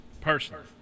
Personally